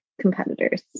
competitors